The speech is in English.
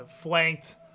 flanked